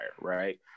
right